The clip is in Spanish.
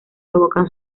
provocan